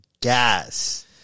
gas